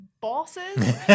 bosses